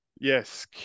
Yes